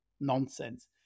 nonsense